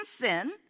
sin